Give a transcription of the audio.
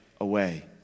away